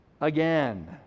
again